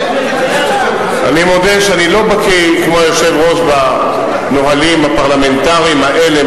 אני מודה שאני לא בקי כמו היושב-ראש בנהלים הפרלמנטרים האלה,